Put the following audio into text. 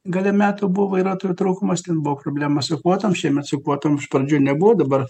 gale metų buvo vairuotojų trūkumas ten buvo problema su kvotom šiemet su kvotom iš pradžių nebuvo dabar